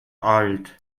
alt